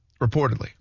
reportedly